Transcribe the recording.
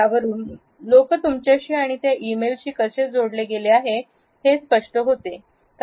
यावरून लोकं तुमच्याशी आणि त्या ईमेल शी कसे जोडले आहे हे हे स्पष्ट होते